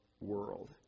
world